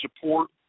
support